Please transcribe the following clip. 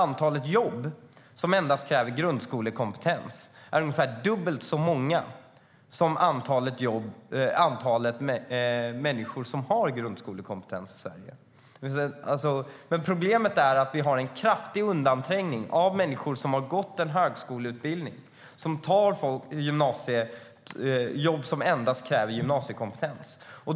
Antalet jobb som kräver enbart grundskolekompetens är dubbelt så stort som antalet människor med grundskolekompetens i Sverige. Problemet är att vi har en kraftig undanträngning eftersom människor som har gått en högskoleutbildning tar jobb som kräver enbart gymnasiekompetens.